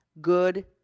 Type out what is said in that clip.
Good